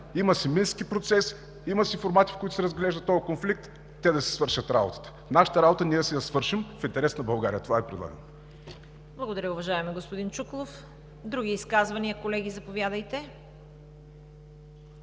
Има си Мински процес, има си формати, в които се разглежда този конфликт, те да си свършат работата. Нашата работа ние да си я свършим в интерес на България. Това Ви предлагам. ПРЕДСЕДАТЕЛ ЦВЕТА КАРАЯНЧЕВА: Благодаря, уважаеми господин Чуколов. Други изказвания, колеги, заповядайте?!